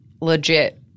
legit